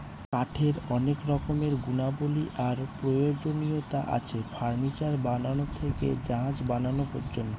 কাঠের অনেক রকমের গুণাবলী আর প্রয়োজনীয়তা আছে, ফার্নিচার বানানো থেকে জাহাজ বানানো পর্যন্ত